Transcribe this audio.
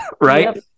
right